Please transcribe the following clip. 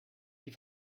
die